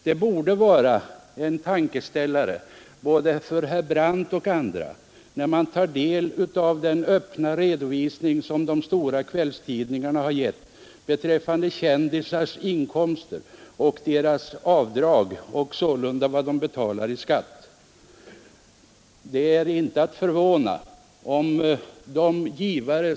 Det borde vara en tankeställare för både herr Brandt och andra att ta del av den öppna redovisning som de stora kvällstidningarna har gjort beträffande s.k. kändisars inkomster och möjligheter att göra avdrag, alltså vad de i verkligheten betalar i skatt.